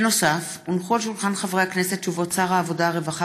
תמר זנדברג, עיסאווי פריג', מוסי רז ומיכל רוזין,